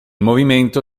movimento